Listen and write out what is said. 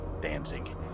Danzig